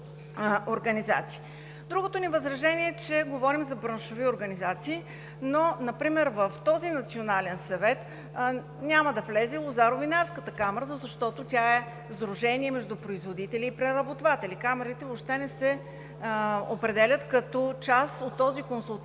Другото ни възражение е, че говорим за браншови организации, но например в този национален съвет няма да влезе Лозаро-винарската камара, защото тя е сдружение между производители и преработватели. Камарите въобще не се определят като част от този Консултативен